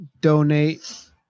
donate